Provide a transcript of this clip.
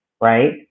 right